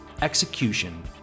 execution